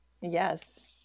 yes